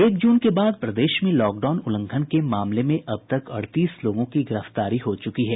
एक जून के बाद प्रदेश में लॉकडाउन उल्लंघन के मामले में अब तक अड़तीस लोगों की गिरफ्तारी हो चुकी है